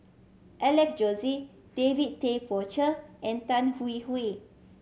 Alex Josey David Tay Poey Cher and Tan Hwee Hwee